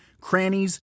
crannies